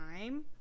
time